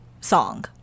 song